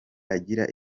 agira